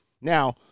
Now